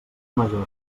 major